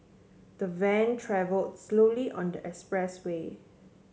the van travel slowly on the expressway